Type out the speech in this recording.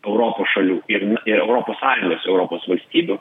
europos šalių ir europos sąjungos europos valstybių